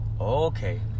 Okay